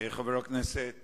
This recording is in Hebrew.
חבר הכנסת